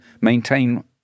maintain